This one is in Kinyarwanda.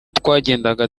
twagendaga